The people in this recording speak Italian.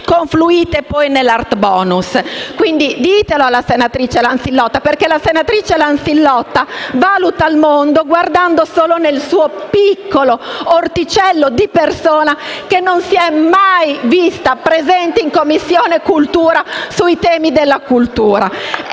confluite poi nell'*art bonus*. Quindi ditelo alla senatrice Lanzillotta. La senatrice Lanzillotta valuta il mondo guardando solo nel suo piccolo orticello di persona che non è mai stata presente in Commissione istruzione pubblica, beni culturali